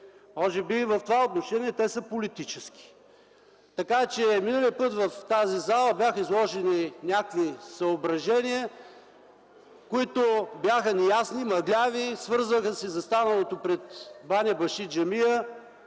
Може би и в това отношение те са политически. Миналия път в тази зала бяха изложени някои съображения, които бяха неясни, мъгляви, свързани и със станалото пред „Баня Баши” джамия,